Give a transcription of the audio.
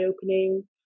opening